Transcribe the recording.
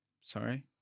Sorry